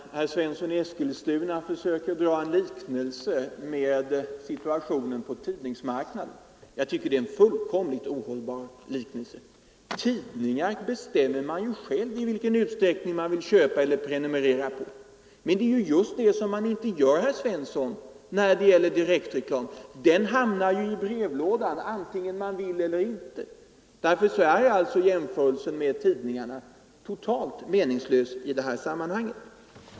Herr talman! Herr Svensson i Eskilstuna försöker dra en parallell med situationen på tidningsmarknaden. Det är en fullkomligt ohållbar jämförelse. Man bestämmer själv om man vill köpa eller prenumerera på tidningar. Men det är just det man inte gör, herr Svensson, när det gäller direktreklam. Den hamnar i brevlådan antingen man vill eller inte. Därför är jämförelsen med tidningarna totalt meningslös i detta sammanhang.